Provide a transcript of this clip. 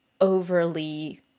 overly